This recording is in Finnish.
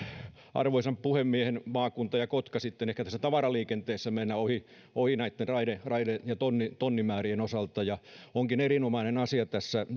arvoisan puhemiehen maakunta ja kotka sitten ehkä tässä tavaraliikenteessä mennä ohi näitten raide raide ja tonnimäärien osalta ja onkin erinomainen asia tässä